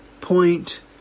point